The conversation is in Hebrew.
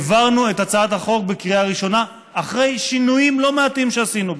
העברנו את הצעת החוק לקריאה ראשונה אחרי שינויים לא מעטים שעשינו בה.